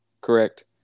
Correct